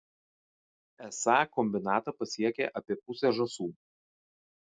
esą kombinatą pasiekia apie pusę žąsų